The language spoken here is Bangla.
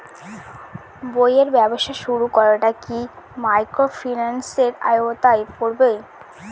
বইয়ের ব্যবসা শুরু করাটা কি মাইক্রোফিন্যান্সের আওতায় পড়বে?